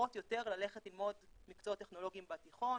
בוחרות יותר ללכת ללמוד מקצועות טכנולוגיים בתיכון,